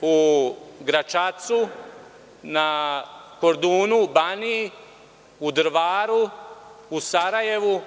u Gračacu, na Kordunu, Baniji, u Drvaru, u Sarajevu,